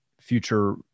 future